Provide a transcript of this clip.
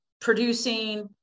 Producing